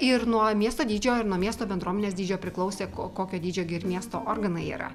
ir nuo miesto dydžio ir nuo miesto bendruomenės dydžio priklausė ko kokio dydžio gi ir miesto organai yra